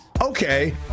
Okay